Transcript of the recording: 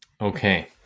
Okay